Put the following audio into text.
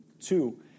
Two